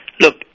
Look